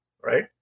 Right